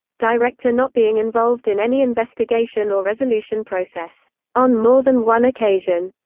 director not being involved in any investigation or resolution process on more than one occasion,